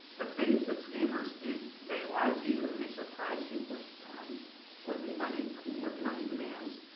the things that scammers do. they lie to you, and they surprise you with um with money with money demands.